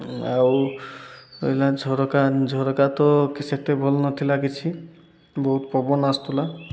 ଆଉ ରହିଲା ଝରକା ଝରକା ତ ସେତେ ଭଲ ନଥିଲା କିଛି ବହୁତ ପବନ ଆସୁୁଥିଲା